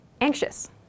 anxious